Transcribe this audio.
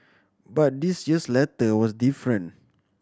but this year's letter was different